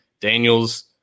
Daniels